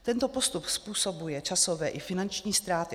Tento postup způsobuje obcím časové i finanční ztráty.